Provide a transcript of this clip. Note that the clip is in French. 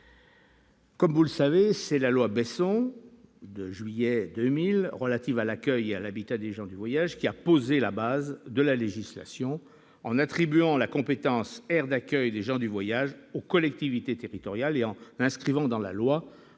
Comme vous le savez, c'est la loi Besson du 5 juillet 2000 relative à l'accueil et à l'habitat des gens du voyage qui a posé les bases de la législation, en attribuant la compétence en matière d'aires d'accueil des gens du voyage aux collectivités territoriales et en inscrivant dans la loi